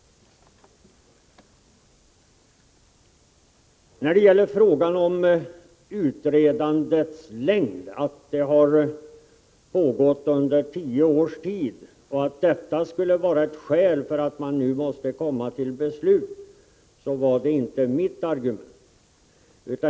När det gäller frågan om utredandets längd — att det har pågått under tio års tid och att man av det skälet nu måste komma till beslut — så vill jag säga att det inte var mitt argument.